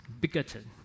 bigoted